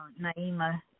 Naima